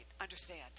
understand